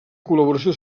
col·laboració